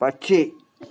പക്ഷി